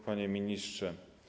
Panie Ministrze!